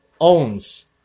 owns